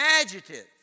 adjective